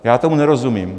Já tomu nerozumím.